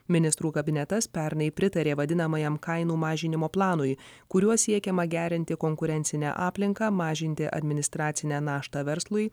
ministrų kabinetas pernai pritarė vadinamajam kainų mažinimo planui kuriuo siekiama gerinti konkurencinę aplinką mažinti administracinę naštą verslui